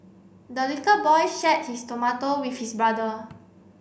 the little boy shared his tomato with his brother